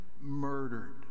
murdered